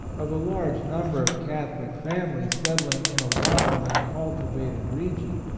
of a large number of catholic families settling in a wild, uncultivated re gion,